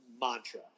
mantra